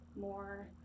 more